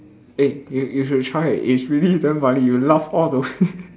eh you you should try it's really damn funny you will laugh all the way